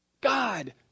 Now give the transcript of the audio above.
God